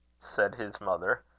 said his mother,